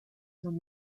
son